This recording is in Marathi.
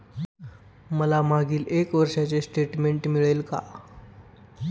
मला मागील एक वर्षाचे स्टेटमेंट मिळेल का?